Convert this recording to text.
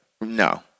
No